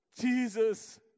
Jesus